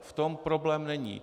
V tom problém není.